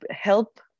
help